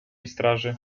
straży